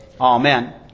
Amen